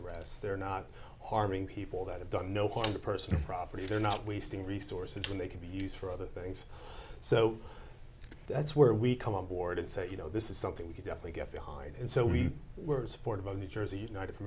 arrests they're not harming people that have done no harm to personal property they're not wasting resources when they can be used for other things so that's where we come on board and say you know this is something we could actually get behind and so we were supportive of new jersey united